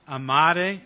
amare